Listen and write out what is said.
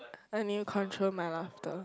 I needa control my laughter